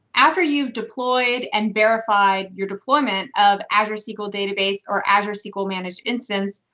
after you've deployed and verified your deployment of azure sql database or azure sql managed instance,